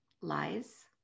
Lies